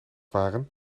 waren